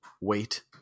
Wait